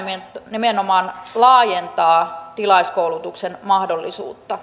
tämä nimenomaan laajentaa tilauskoulutuksen mahdollisuutta